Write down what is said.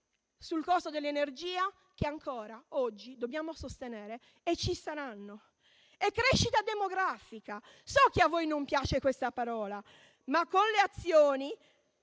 sul costo dell'energia che ancora oggi dobbiamo sostenere, e ci saranno); la crescita demografica (so che a voi non piace questa parola, ma sono azioni